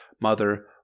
mother